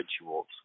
rituals